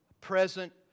present